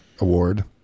award